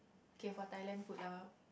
K for Thailand food lah